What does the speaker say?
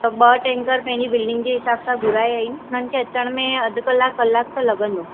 त ॿ टेंकर पंहिंजी बिल्डिंग जे हिसाब सां घुराया आहिनि हुननि खे अचण में अधु कलाकु कलाकु त लॻंदो